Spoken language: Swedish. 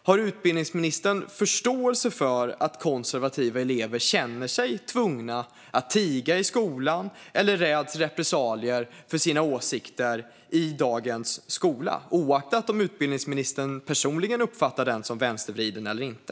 Har utbildningsministern förståelse för att konservativa elever känner sig tvungna att tiga i skolan eller räds repressalier för sina åsikter i dagens skola, oavsett om utbildningsministern personligen uppfattar den som vänstervriden eller inte?